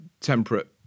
temperate